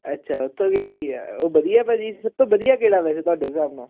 ਅੱਛਾ ਉੱਥੋਂ ਕੀਤੀ ਹੈ ਉਹ ਵਧੀਆ ਭਾਅ ਜੀ ਸਭ ਤੋਂ ਵਧੀਆ ਕਿਹੜਾ ਵੈਸੇ ਤੁਹਾਡੇ ਹਿਸਾਬ ਨਾਲ